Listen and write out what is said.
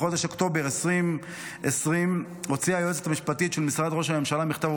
בחודש אוקטובר 2020 הוציאה היועצת המשפטית של משרד ראש הממשלה מכתב,